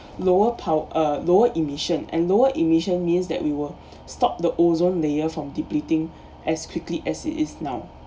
lower pow~ uh lower emission and lower emission means that we will stop the ozone layer from depleting as quickly as it is now